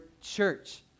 church